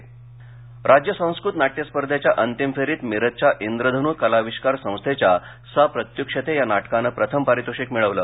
नाशिक राज्य संस्कृत नाट्य स्पर्धेच्या अंतिम फेरीत मिरजच्या इंद्रधनु कलाविष्कार संस्थेच्या सा प्रत्युक्षते या नाटकानं प्रथम पारितोषिक मिळवलं